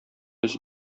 без